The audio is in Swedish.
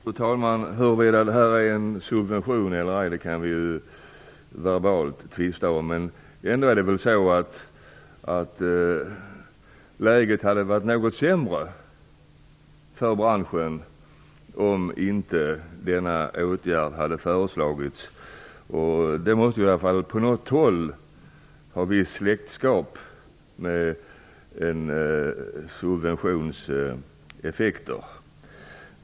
Fru talman! Huruvida det här gäller en subvention eller ej kan vi tvista om, men ändå hade väl läget varit något sämre för branschen om inte denna åtgärd hade föreslagits. Det måste i varje fall på något sätt vara fråga om en subventionseffekt.